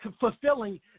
fulfilling